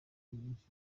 nyinshi